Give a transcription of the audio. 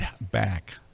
back